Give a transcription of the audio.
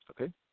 Okay